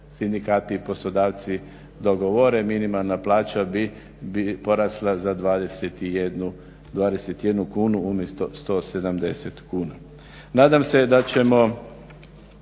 sindikati i poslodavci dogovore, minimalna plaća bi porasla za 21 kunu, umjesto 170 kuna.